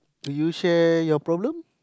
do you share your problem